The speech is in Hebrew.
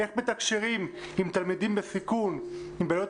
ואיך מתקשרים עם תלמידים בסיכון עם בעיות